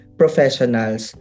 professionals